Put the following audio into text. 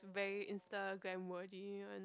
very Instagram worthy one